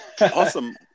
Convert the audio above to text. Awesome